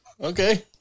okay